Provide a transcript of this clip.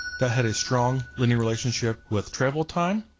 that had a strong linear relationship with travel time.